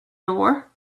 door